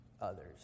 others